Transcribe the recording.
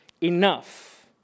enough